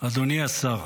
אדוני השר,